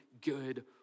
good